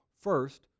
first